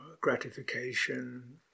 gratification